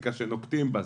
טקטיקה שנוקטים בה,